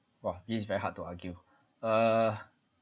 !wah! this is very hard to argue err